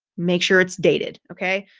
make sure it's dated. okay?